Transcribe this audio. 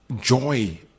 joy